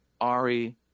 Ari